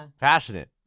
Passionate